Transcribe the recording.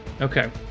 Okay